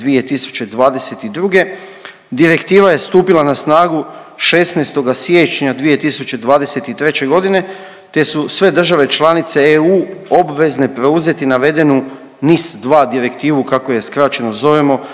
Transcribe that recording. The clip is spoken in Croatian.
2022. Direktiva je stupila na snagu 16. siječnja 2023. godine te su sve države članice EU obvezne preuzeti navedenu NIS2 direktivu kako je skraćeno zovemo